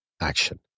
action